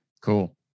Cool